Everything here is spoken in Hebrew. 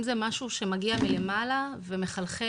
אם זה משהו שמגיע מלמעלה ומחלחל,